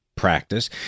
practice